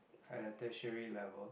at a tertiary level